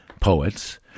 poets –